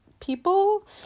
people